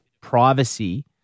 privacy